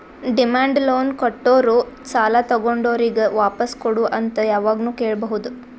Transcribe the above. demand loan ಕೊಟ್ಟೋರು ಸಾಲ ತಗೊಂಡೋರಿಗ್ ವಾಪಾಸ್ ಕೊಡು ಅಂತ್ ಯಾವಾಗ್ನು ಕೇಳ್ಬಹುದ್